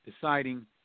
deciding